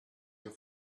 your